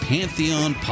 Pantheon